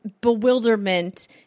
bewilderment